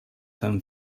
term